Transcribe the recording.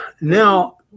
Now